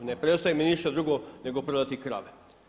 Ne preostaje mi ništa drugo nego prodati krave.